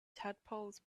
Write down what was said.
tadpoles